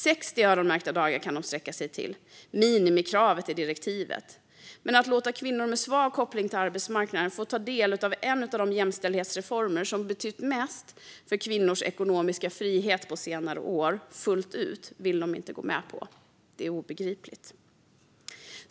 De kan sträcka sig till 60 öronmärkta dagar, minimikravet i direktivet. Men att låta kvinnor med svag koppling till arbetsmarknaden fullt ut få ta del av en av de jämställdhetsreformer som betytt mest för kvinnors ekonomiska frihet på senare år vill de inte gå med på. Det är obegripligt.